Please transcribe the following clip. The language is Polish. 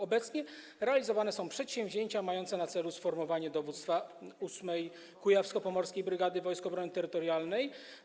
Obecnie realizowane są przedsięwzięcia mające na celu sformowanie dowództwa 8. Kujawsko-Pomorskiej Brygady Obrony Terytorialnej.